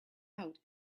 out